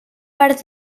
per